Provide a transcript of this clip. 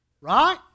right